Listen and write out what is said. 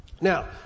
Now